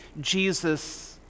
Jesus